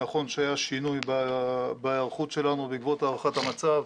נכון שהיה שינוי בהיערכות שלנו בעקבות הערכת המצב.